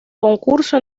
concurso